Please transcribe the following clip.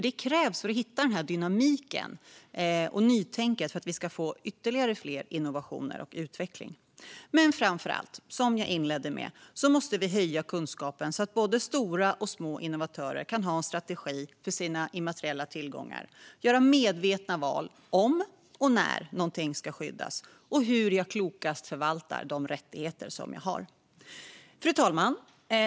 Det krävs för att hitta den dynamik och det nytänkande som behövs för att vi ska få ytterligare fler innovationer och utveckling. Framför allt, och som jag inledde med, måste vi höja kunskapen så att både stora och små innovatörer kan ha en strategi för sina immateriella tillgångar, göra medvetna val om och när någonting ska skyddas och hur man klokast förvaltar de rättigheter man har. Fru talman!